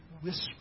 whisper